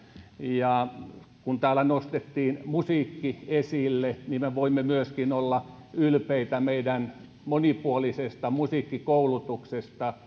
kun täällä nostettiin musiikki esille niin me voimme myöskin olla ylpeitä meidän monipuolisesta musiikkikoulutuksestamme